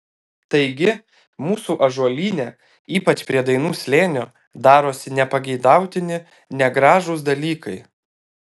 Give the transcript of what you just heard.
taigi mūsų ąžuolyne ypač prie dainų slėnio darosi nepageidautini negražūs dalykai